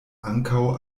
ankaŭ